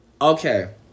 Okay